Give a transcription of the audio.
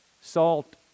Salt